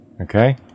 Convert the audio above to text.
Okay